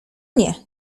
nie